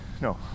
No